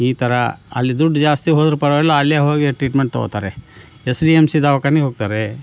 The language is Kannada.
ಈ ಥರ ಅಲ್ಲಿ ದುಡ್ಡು ಜಾಸ್ತಿ ಹೋದರು ಪರವಾಗಿಲ್ಲ ಅಲ್ಲೇ ಹೋಗಿ ಟ್ರೀಟ್ಮೆಂಟ್ ತಗೋತಾರೆ ಎಸ್ ವಿ ಎಂ ಸಿ ದಾವಾಖಾನೆಗೆ ಹೋಗ್ತಾರೆ